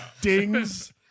dings